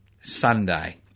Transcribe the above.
Sunday